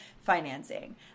financing